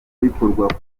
bikorwa